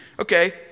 Okay